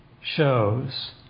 shows